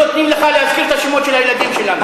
שלא נותנים לך להזכיר את השמות של הילדים שלנו.